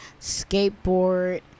skateboard